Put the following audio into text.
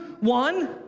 one